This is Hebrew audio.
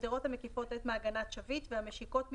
את מעגנת "שביט" והמשיקות מצפון,